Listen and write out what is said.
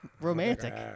Romantic